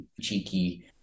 cheeky